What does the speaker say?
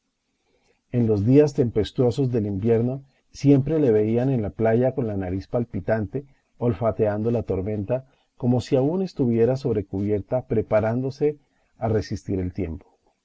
en los días tempestuosos del invierno siempre le veían en la playa con la nariz palpitante olfateando la tormenta como si aún estuviera sobre cubierta preparándose a resistir el tiempo